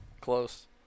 Close